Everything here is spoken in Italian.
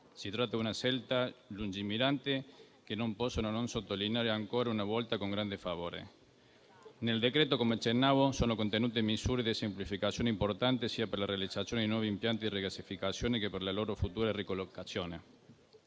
Si tratta di una scelta lungimirante, che non posso non sottolineare ancora una volta con grande favore. Nel decreto-legge, come accennavo, sono contenute misure di semplificazione importanti, sia per la realizzazione dei nuovi impianti di rigassificazione sia per la loro futura ricollocazione,